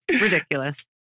ridiculous